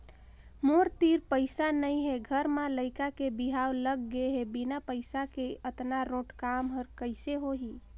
मोर तीर पइसा नइ हे घर म लइका के बिहाव लग गे हे बिना पइसा के अतना रोंट काम हर कइसे होही